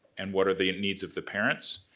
and what are the needs of the parents,